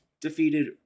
defeated